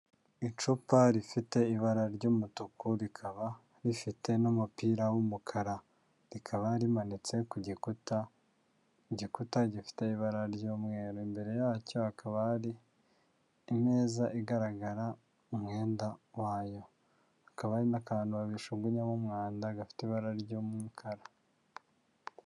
Icupa rifite ibara ry'umutuku rikaba rifite n'umupira w'umukara, rikaba rimanitse ku gikuta, igikuta gifite ibara ry'umweru. Imbere yacyo hakaba hari imeza igaragara umwenda wayo, hakaba hari n'akantu babijugunyamo umwanda gafite ibara ry'umukara.